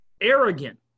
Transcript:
arrogant